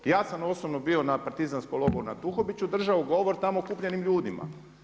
Ja sam osobno bio na partizanski logoru na Tuhobiću, držao govor tamo okupljenim ljudima.